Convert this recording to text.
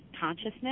consciousness